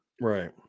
Right